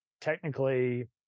technically